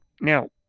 Now